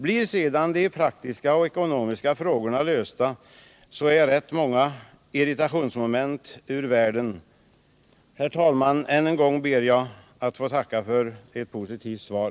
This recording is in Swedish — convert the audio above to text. Blir sedan de praktiska och ekonomiska frågorna lösta är rätt många irritationsmoment ur världen. Herr talman! Än en gång ber jag att få tacka för ett positivt svar.